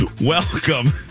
Welcome